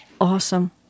Awesome